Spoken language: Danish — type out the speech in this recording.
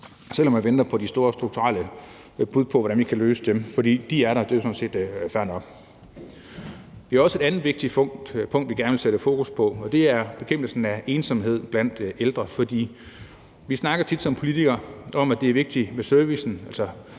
selv om vi venter på de store, strukturelle bud på, hvordan vi kan løse dem, for de er der, og det er jo sådan set fair nok. Kl. 13:05 Vi har også et andet vigtigt punkt, vi gerne vil sætte fokus på, og det er bekæmpelse af ensomhed blandt ældre. Vi snakker tit som politikere om, at det er vigtigt med servicen,